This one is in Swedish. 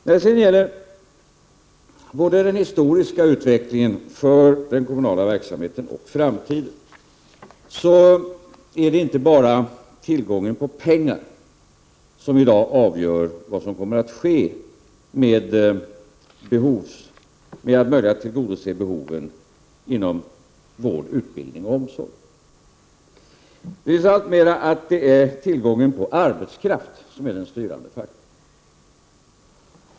När det sedan gäller både den historiska utvecklingen för den kommunala verksamheten och framtiden är det inte bara tillgången på pengar som avgör om det är möjligt att tillgodose behoven inom vård, utbildning och omsorg. Jag vill säga att det alltmera är tillgången på arbetskraft som är den styrande faktorn.